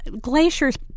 glaciers